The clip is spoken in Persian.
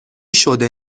شده